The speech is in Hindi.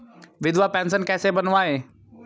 विधवा पेंशन कैसे बनवायें?